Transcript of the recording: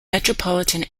metropolitan